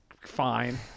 fine